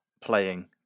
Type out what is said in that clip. playing